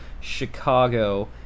Chicago